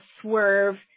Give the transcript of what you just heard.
swerve